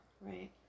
Right